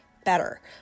better